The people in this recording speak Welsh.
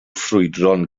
ffrwydron